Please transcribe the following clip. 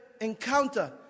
encounter